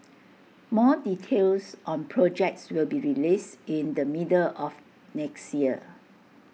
more details on projects will be released in the middle of next year